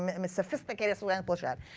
um and the sophisticated suzanne pleshette,